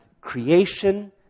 creation